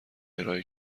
ارائه